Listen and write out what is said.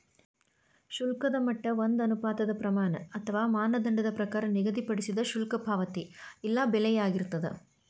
ಶುಲ್ಕದ ಮಟ್ಟ ಒಂದ ಅನುಪಾತದ್ ಪ್ರಮಾಣ ಅಥವಾ ಮಾನದಂಡದ ಪ್ರಕಾರ ನಿಗದಿಪಡಿಸಿದ್ ಶುಲ್ಕ ಪಾವತಿ ಇಲ್ಲಾ ಬೆಲೆಯಾಗಿರ್ತದ